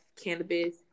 cannabis